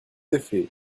effet